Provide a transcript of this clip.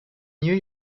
new